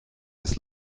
des